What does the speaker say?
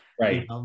right